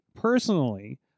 personally